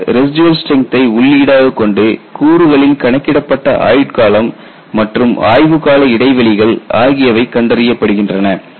பின்னர் ரெஸ்டிவல் ஸ்ட்ரெங்க்த்தை உள்ளீடாக கொண்டு கூறுகளின் கணக்கிடப்பட்ட ஆயுட்காலம் மற்றும் ஆய்வு கால இடைவெளிகள் ஆகியவை கண்டறியப்படுகின்றன